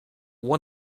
one